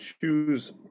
choose